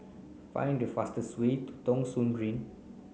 find the fastest way to Thong Soon Green